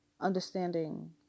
understanding